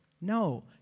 No